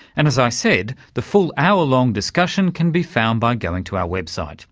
and as i said, the full hour-long discussion can be found by going to our website